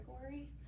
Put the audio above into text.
categories